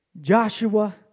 Joshua